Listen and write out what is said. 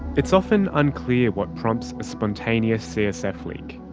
it's often unclear what prompts a spontaneous csf leak.